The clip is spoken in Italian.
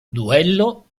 duello